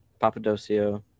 Papadocio